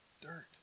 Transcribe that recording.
dirt